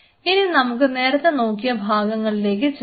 ഇനി നമുക്ക് നേരത്തെ നോക്കിയ ഭാഗങ്ങളിലേക്ക് ചെല്ലാം